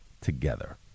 together